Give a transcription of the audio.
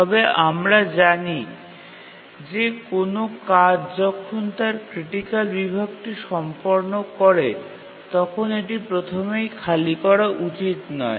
তবে আমরা জানি যে কোনও কাজ যখন তার ক্রিটিকাল বিভাগটি সম্পাদন করে তখন এটি প্রথমেই খালি করা উচিত নয়